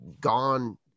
gone